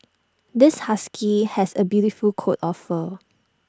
this husky has A beautiful coat of fur